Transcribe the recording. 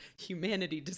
humanity